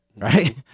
Right